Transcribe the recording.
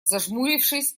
зажмурившись